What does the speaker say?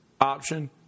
option